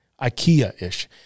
Ikea-ish